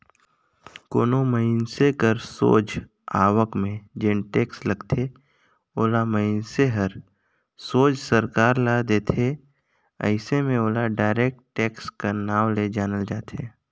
कोनो मइनसे कर सोझ आवक में जेन टेक्स लगथे ओला मइनसे हर सोझ सरकार ल देथे अइसे में ओला डायरेक्ट टेक्स कर नांव ले जानल जाथे